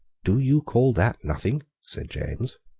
do you call that nothing? said james.